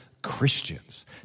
Christians